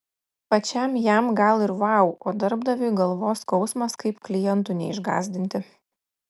pačiam jam gal ir vau o darbdaviui galvos skausmas kaip klientų neišgąsdinti